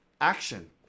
Action